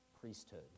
priesthood